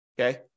okay